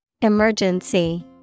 Emergency